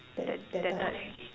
that that time